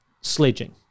sledging